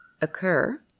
occur